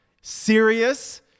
serious